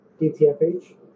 DTFH